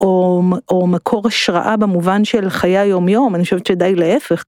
או מקור השראה במובן של חיי היומיום, אני חושבת שדי להיפך.